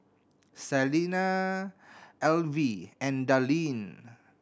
Salina Elvie and Darlene